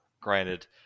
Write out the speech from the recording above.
Granted